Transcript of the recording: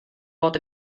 fod